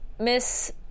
Miss